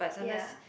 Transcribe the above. yeah